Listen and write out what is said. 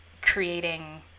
creating